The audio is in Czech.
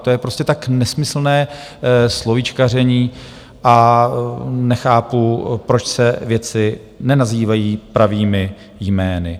To je prostě tak nesmyslné slovíčkaření a nechápu, proč se věci nenazývají pravými jmény.